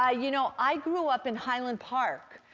ah you know, i grew up in highland park,